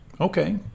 Okay